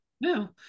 No